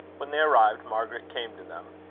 when they arrived, margaret came to them.